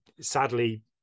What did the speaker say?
sadly